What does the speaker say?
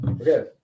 okay